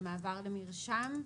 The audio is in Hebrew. ומעבר למרשם.